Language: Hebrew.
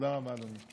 תודה רבה, אדוני.